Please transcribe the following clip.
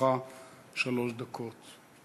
לרשותך שלוש דקות.